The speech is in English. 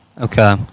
Okay